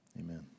amen